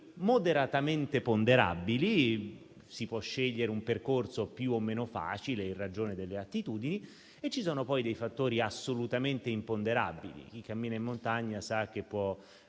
moderatamente ponderabili, si può scegliere un percorso più o meno facile in ragione delle attitudini e ci sono poi dei fattori assolutamente imponderabili. Chi cammina in montagna sa che può